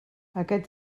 aquest